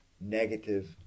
negative